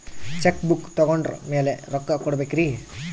Check book ತೊಗೊಂಡ್ರ ಮ್ಯಾಲೆ ರೊಕ್ಕ ಕೊಡಬೇಕರಿ?